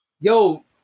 Yo